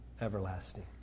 Everlasting